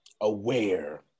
aware